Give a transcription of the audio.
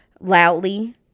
loudly